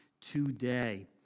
today